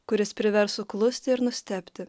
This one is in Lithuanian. kuris privers suklusti ir nustebti